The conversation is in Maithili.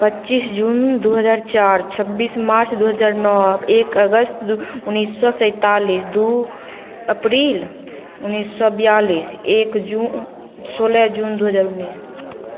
पच्चीस जून दू हजार चार छब्बीस मार्च दू हजार नओ एक अगस्त उनैस सओ सैंतालिस दू अप्रैल उनैस सओ बियालीस एक जून सोलह जून दू हजार उनैस